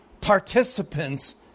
participants